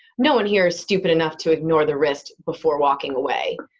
no one here is stupid enough to ignore the risk before walking away.